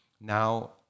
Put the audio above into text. now